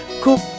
cook